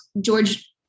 George